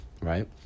right